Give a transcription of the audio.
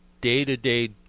day-to-day